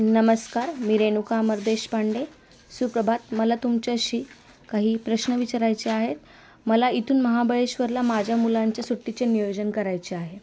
नमस्कार मी रेणुका अमर देशपांडे सुप्रभात मला तुमच्याशी काही प्रश्न विचारायचे आहेत मला इथून महाबळेश्वरला माझ्या मुलांच्या सुट्टीचे नियोजन करायचे आहे